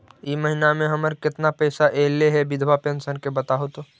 इ महिना मे हमर केतना पैसा ऐले हे बिधबा पेंसन के बताहु तो?